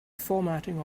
formatting